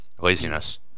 Laziness